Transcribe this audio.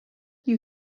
you